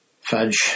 Fudge